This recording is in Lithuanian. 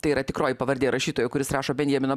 tai yra tikroji pavardė rašytojo kuris rašo benjamino